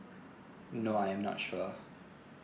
no I'm not sure